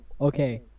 okay